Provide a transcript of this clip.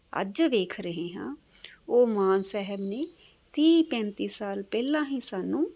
ਅੱਜ ਵੇਖ ਰਹੇ ਹਾਂ ਉਹ ਮਾਨ ਸਾਹਿਬ ਨੇ ਤੀਹ ਪੈਂਤੀ ਸਾਲ ਪਹਿਲਾਂ ਹੀ ਸਾਨੂੰ